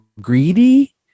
greedy